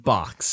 Box